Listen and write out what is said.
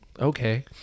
okay